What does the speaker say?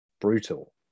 brutal